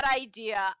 idea